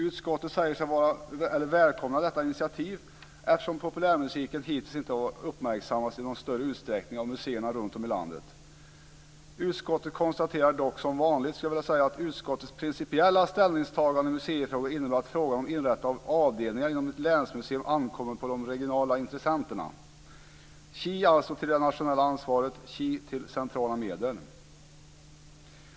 Utskottet säger sig välkomna detta initiativ eftersom populärmusiken hittills inte har uppmärksammats i någon större utsträckning av museerna runtom i landet. Utskottet konstaterar dock - som vanligt, skulle jag vilja säga - att utskottets principiella ställningstaganden i museifrågor innebär att frågan om inrättande av avdelningar inom ett länsmuseum ankommer på de regionala intressenterna. Tji alltså till det nationella ansvaret! Tji till centrala medel!